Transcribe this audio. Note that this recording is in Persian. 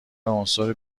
عنصر